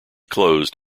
closed